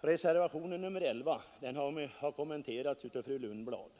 Reservationen 11 har kommenterats av fru Lundblad.